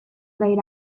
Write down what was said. laid